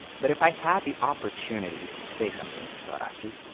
but if i had the opportunity to say something to sorachi,